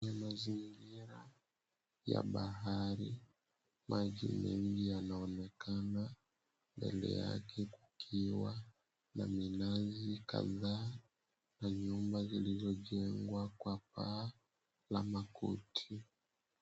Ni mazingira ya bahari. Maji mengi yanaonekana. Mbele yake kukiwa na minazi kadhaa na viumba vilivyojengwa kwa paa la makuti.